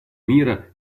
мира